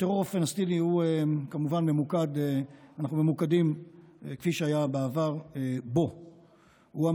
אנחנו ממוקדים כפי שהיה בעבר בטרור הפלסטיני.